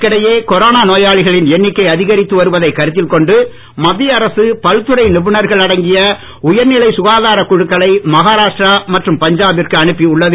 இதற்கிடையே கொரோனா நோயாளிகளின் எண்ணிக்கை அதிகரித்து வருவதைக் கருத்தில் கொண்டு மத்திய அரசு பல்துறை நிபுணர்கள் அடங்கிய உயர்நிலை சுகாதாரக் குழுக்களை மகாராஷ்டிரா மற்றும் பஞ்சாபிற்கு அனுப்பியுள்ளது